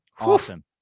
Awesome